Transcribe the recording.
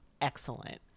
excellent